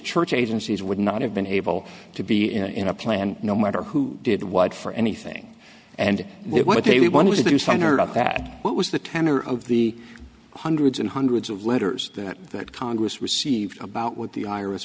church agencies would not have been able to be in a plan no matter who did what for anything and what they wanted to do something about that what was the tenor of the hundreds and hundreds of letters that congress received about what the iris